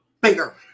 bigger